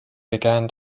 began